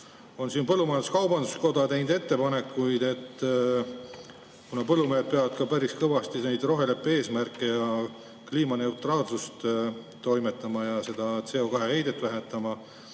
on põllumajandus-kaubanduskoda teinud ettepanekuid, et kuna põllumehed peavad päris kõvasti neid roheleppe eesmärke ja kliimaneutraalsust toimetama ja seda CO2heidet vähendama,